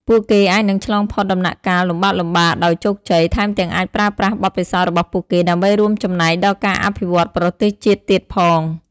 ពួកគេអាចនឹងឆ្លងផុតដំណាក់កាលលំបាកៗដោយជោគជ័យ ថែមទាំងអាចប្រើប្រាស់បទពិសោធន៍របស់ពួកគេដើម្បីរួមចំណែកដល់ការអភិវឌ្ឍប្រទេសជាតិទៀតផង។